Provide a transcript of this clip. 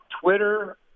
Twitter